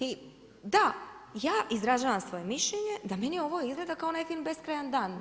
I da, ja izražavam svoje mišljenje, da meni ovo izgleda kao neki beskrajan dan.